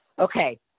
Okay